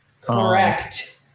Correct